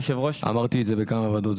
אמרתי את זה בכמה ועדות,